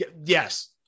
Yes